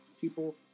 people